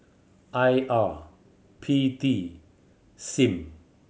I R P T Sim